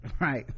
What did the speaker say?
right